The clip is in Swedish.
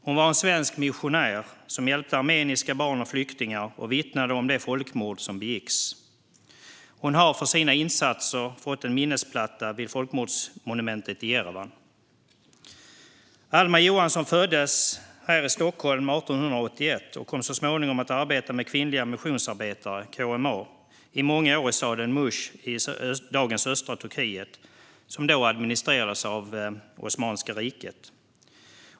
Hon var svensk missionär som hjälpte armeniska barn och flyktingar och vittnade om det folkmord som begicks. Hon har för sina insatser fått en minnesplatta vid folkmordsmonumentet i Jerevan. Alma Johansson föddes 1881 här i Stockholm och kom så småningom att i många år arbeta med Kvinnliga Missionsarbetare, KMA, i staden Mush i dagens östra Turkiet, som då administrerades av Osmanska riket.